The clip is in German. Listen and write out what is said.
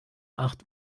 acht